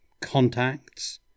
contacts